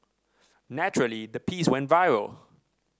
naturally the piece went viral